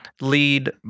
lead